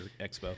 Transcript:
expo